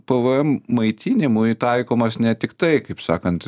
pvm maitinimui taikomas ne tik tai kaip sakant